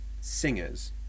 singers